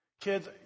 Kids